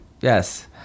Yes